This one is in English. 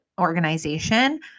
organization